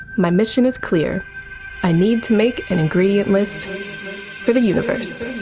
my mission is clear i need to make an ingredients list for the universe.